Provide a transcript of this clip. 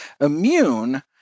immune